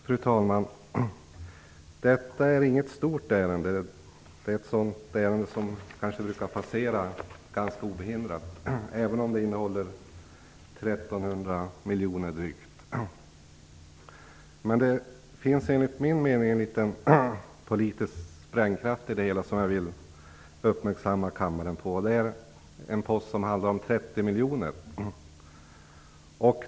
Fru talman! Detta är inget stort ärende. Det är snarare ett sådant ärende som brukar passera ganska obemärkt, även om det handlar om drygt 1 300 miljoner. Enligt min mening finns det en politisk sprängkraft i det här som jag vill göra kammaren uppmärksam på. Det gäller en post som handlar om 30 miljoner.